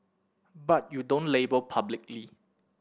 but you don't label publicly